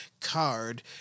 card